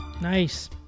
Nice